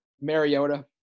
Mariota